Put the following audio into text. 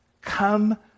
come